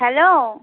hello